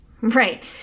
right